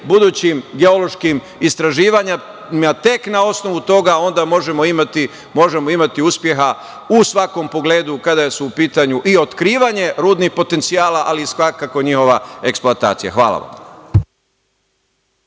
budućim geološkim istraživanjima. Tek na osnovu toga onda možemo imati uspeha u svakom pogledu kada su u pitanju otkrivanja rudnih potencijala, ali svakako i njihova eksploatacija. Hvala.